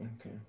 Okay